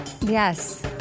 Yes